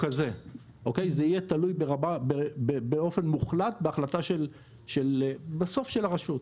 זה יהיה תלוי באופן מוחלט בהחלטה בסוף של הרשות.